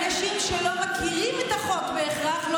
אנשים שלא מכירים את החוק בהכרח,